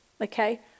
Okay